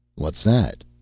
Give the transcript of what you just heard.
what's that?